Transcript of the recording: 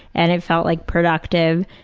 and it felt like productive.